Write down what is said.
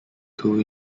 two